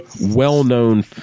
well-known –